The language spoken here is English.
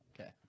Okay